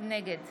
נגד